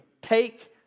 Take